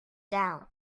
down